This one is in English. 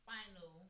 Final